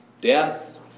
death